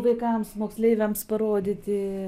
vaikams moksleiviams parodyti